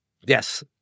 Yes